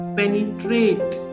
penetrate